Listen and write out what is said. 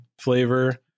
flavor